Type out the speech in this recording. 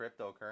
cryptocurrency